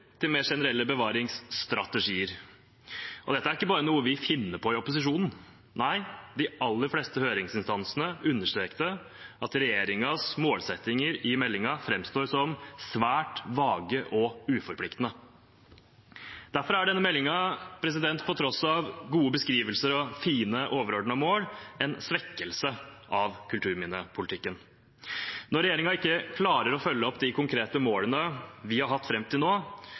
til mer generelle bevaringsstrategier. Dette er ikke noe vi i opposisjonen bare finner på. Nei, de aller fleste høringsinstansene understreket at regjeringens målsettinger i meldingen framstår som svært vage og uforpliktende. Derfor er denne meldingen, på tross av gode beskrivelser og fine, overordnede mål, en svekkelse av kulturminnepolitikken. Når regjeringen ikke klarer å følge opp de konkrete målene vi har hatt fram til nå,